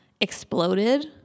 exploded